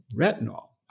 Retinol